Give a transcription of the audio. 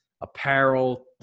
apparel